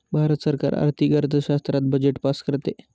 भारत सरकार आर्थिक अर्थशास्त्रात बजेट पास करते